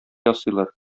ясыйлар